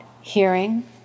hearing